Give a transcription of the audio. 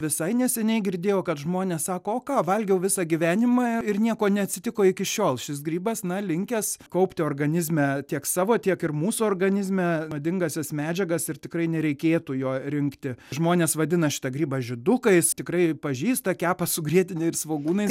visai neseniai girdėjau kad žmonės sako o ką valgiau visą gyvenimą ir nieko neatsitiko iki šiol šis grybas na linkęs kaupti organizme tiek savo tiek ir mūsų organizme nuodingąsias medžiagas ir tikrai nereikėtų jo rinkti žmones vadina šitą grybą žydukais tikrai pažįsta kepa su grietine ir svogūnais